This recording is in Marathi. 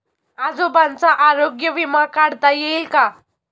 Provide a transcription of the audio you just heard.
आजोबांचा आरोग्य विमा काढता येईल का?